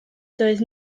doedd